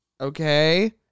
Okay